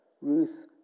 Ruth